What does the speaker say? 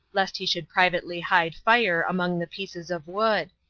lest he should privately hide fire among the pieces of wood.